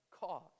cause